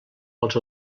pels